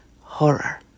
horror